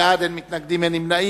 בעד, 18, אין מתנגדים ואין נמנעים.